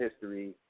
history